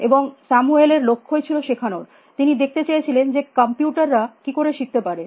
এবং স্যামুয়েল এর লক্ষ্যই ছিল শেখানোর তিনি দেখতে চেয়েছিলেন যে কম্পিউটার রা কী করে শিখতে পারে